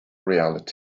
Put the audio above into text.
reality